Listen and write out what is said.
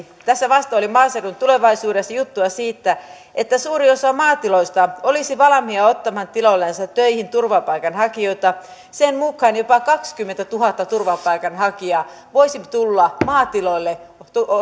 tässä vasta oli maaseudun tulevaisuudessa juttua siitä että suuri osa maatiloista olisi valmiina ottamaan tiloillensa töihin turvapaikanhakijoita sen mukaan jopa kaksikymmentätuhatta turvapaikanhakijaa voisi tulla maatiloille